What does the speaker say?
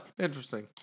Interesting